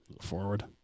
Forward